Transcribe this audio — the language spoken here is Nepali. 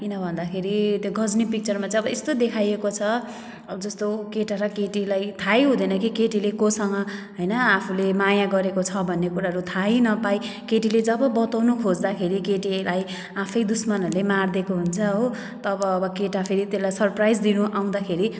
किन भन्दाखेरि त्यो गजनी पिक्चरमा चाहिँ अब यस्तो देखाएको छ अब जस्तो केटा र केटीलाई थाहै हुँदैन कि केटीले कोसँग आफूले माया गरेको छ भन्ने कुराहरू थाहै नपाइ केटीले जब बताउनु खोज्दाखेरि केटीलाई आफै दुस्मनहरूले मारिदिएको हुन्छ हो तब अब केटा फेरि त्यसलाई सर्प्राइज दिनु आउँदाखेरि